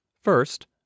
First